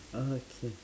okay